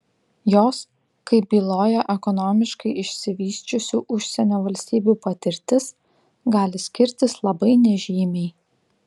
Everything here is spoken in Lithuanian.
jos kaip byloja ekonomiškai išsivysčiusių užsienio valstybių patirtis gali skirtis labai nežymiai